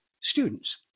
students